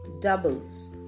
Doubles